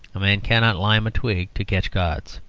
a man cannot lime a twig to catch gods.